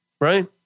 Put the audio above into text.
right